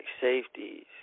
safeties